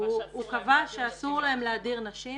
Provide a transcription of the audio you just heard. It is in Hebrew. הוא קבע שאסור להן להדיר נשים,